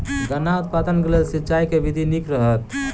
गन्ना उत्पादन केँ लेल सिंचाईक केँ विधि नीक रहत?